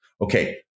Okay